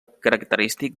característic